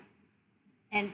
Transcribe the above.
and